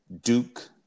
Duke